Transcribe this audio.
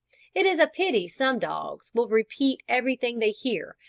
it is a pity some dogs will repeat everything they hear,